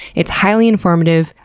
it's highly informative,